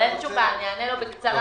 אבל אין שום בעיה, אענה לו בקצרה.